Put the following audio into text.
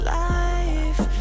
life